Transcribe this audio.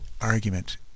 argument